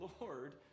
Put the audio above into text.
Lord